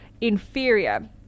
inferior